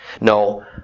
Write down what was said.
No